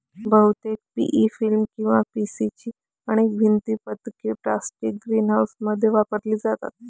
बहुतेक PE film किंवा PC ची अनेक भिंत पत्रके प्लास्टिक ग्रीनहाऊसमध्ये वापरली जातात